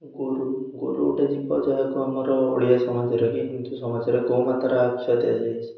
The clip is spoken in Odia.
ଗୋରୁ ଗୋରୁ ଗୋଟେ ଜୀବ ଯାହାକୁ ଆମର ଓଡ଼ିଆ ସମାଜରେ କି ହିନ୍ଦୁ ସମାଜରେ ଗୋମାତାର ଆଷା ଦିଆଯାଇଛି